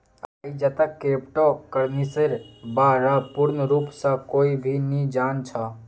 आईजतक क्रिप्टो करन्सीर बा र पूर्ण रूप स कोई भी नी जान छ